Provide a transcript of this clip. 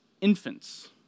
infants